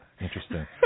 Interesting